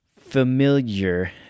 familiar